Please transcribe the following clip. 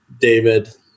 David